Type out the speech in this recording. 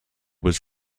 was